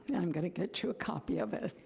and i'm gonna get you a copy of it.